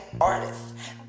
artists